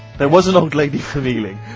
there was an old lady from ealing